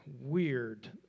weird